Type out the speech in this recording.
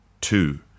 two